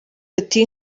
ati